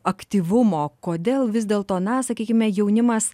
aktyvumo kodėl vis dėl to na sakykime jaunimas